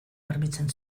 garbitzen